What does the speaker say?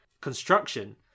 construction